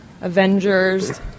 avengers